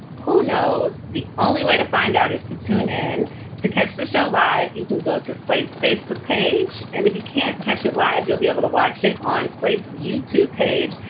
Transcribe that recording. who knows? the only way to find out is to tune in to catch the show live. you can go to slate's facebook page. and if you can't catch it, labbe, you'll be able to watch it on slate's youtube page.